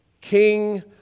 King